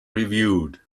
reviewed